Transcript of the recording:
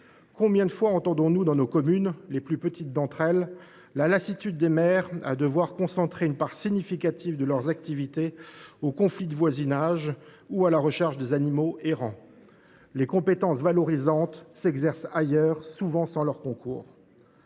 Combien de fois entendons nous dans nos communes, notamment dans les plus petites d’entre elles, la lassitude des maires, qui doivent concentrer une part significative de leur activité sur les conflits de voisinage ou à la recherche des animaux errants ? Les compétences valorisantes s’exercent ailleurs, souvent sans leur concours.